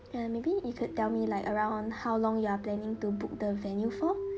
ya maybe you could tell me like around how long you are planning to book the venue for